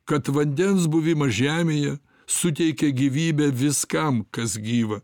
kad vandens buvimas žemėje suteikia gyvybę viskam kas gyva